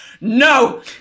no